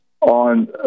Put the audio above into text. on